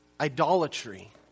Idolatry